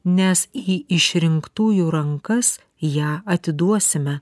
nes į išrinktųjų rankas ją atiduosime